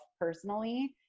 personally